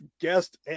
guest